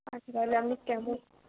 আচ্ছা তাহলে আপনি কেমন